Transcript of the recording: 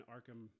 Arkham